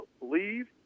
leave